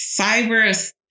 cyber